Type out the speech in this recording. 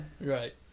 Right